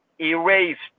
erased